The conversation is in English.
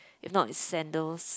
if not it's sandals